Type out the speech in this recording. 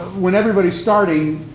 when everybody's starting,